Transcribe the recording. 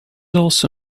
also